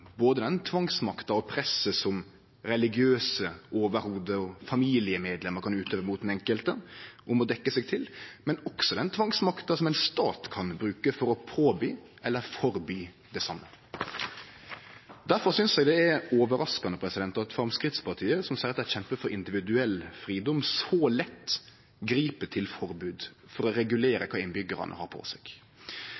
både den tvangsmakta og det presset som religiøse overhovud og familiemedlemmer kan utøve mot den enkelte om å dekkje seg til, og den tvangsmakta som ein stat kan bruke for å påby eller forby det same. Derfor synest eg det er overraskande at Framstegspartiet, som seier at dei kjempar for individuell fridom, så lett grip til forbod for å regulere